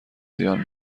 زیان